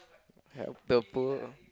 help the poor